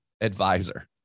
advisor